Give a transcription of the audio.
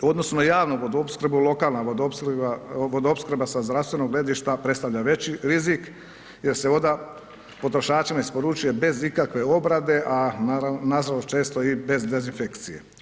U odnosu na javnu vodoopskrbu, lokalna vodoopskrba sa zdravstvenog gledišta predstavlja veći rizik jer se voda potrošačima isporučuje bez ikakve obrade, a nažalost često i bez dezinfekcije.